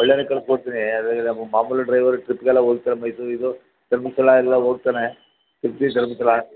ಒಳ್ಳೆಯವ್ನೇ ಕಳ್ಸಿ ಕೊಡ್ತೀನಿ ನಮ್ಮ ಮಾಮೂಲಿ ಡ್ರೈವರ್ ಟ್ರಿಪ್ಗೆಲ್ಲ ಹೋಗ್ತಾನೆ ಮೈಸೂರು ಇದು ಧರ್ಮಸ್ಥಳ ಎಲ್ಲ ಹೋಗ್ತಾನೆ ಸಿರ್ಸಿ ಧರ್ಮಸ್ಥಳ